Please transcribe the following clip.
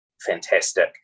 fantastic